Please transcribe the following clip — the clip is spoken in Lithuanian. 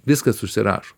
viskas užsirašo